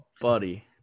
buddy